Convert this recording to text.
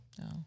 No